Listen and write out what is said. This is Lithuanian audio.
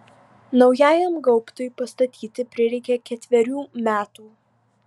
naujajam gaubtui pastatyti prireikė ketverių metų